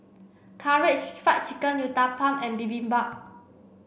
Karaage Fried Chicken Uthapam and Bibimbap